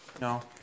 No